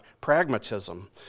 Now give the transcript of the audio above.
pragmatism